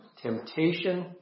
Temptation